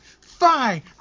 Fine